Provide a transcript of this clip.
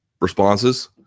responses